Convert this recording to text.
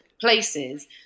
places